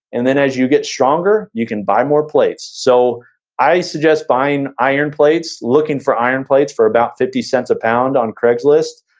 and then as you get stronger, you can buy more plates. so i suggest buying iron plates, looking for iron plates for about fifty cents a pound on craigslist.